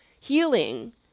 Healing